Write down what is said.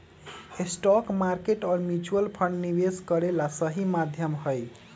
stock market और mutual fund निवेश करे ला सही माध्यम हई